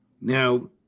Now